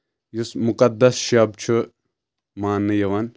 یُس مُقدس شب چھُ ماننہٕ یِوان